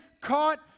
caught